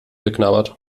geknabbert